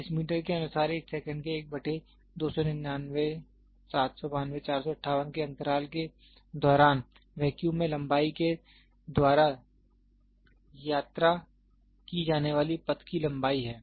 इस मीटर के अनुसार एक सेकंड के के अंतराल के दौरान वैक्यूम में लंबाई के द्वारा यात्रा की जाने वाली पथ की लंबाई है